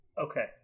Okay